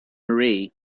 marie